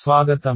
స్వాగతం